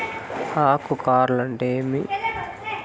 ఆకు కార్ల్ అంటే ఏమి?